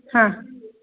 हा